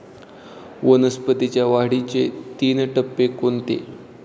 वनस्पतींच्या वाढीचे तीन टप्पे कोणते?